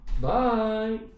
Bye